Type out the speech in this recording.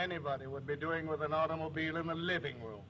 anybody would be doing with an automobile in the living room